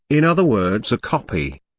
in other words a copy.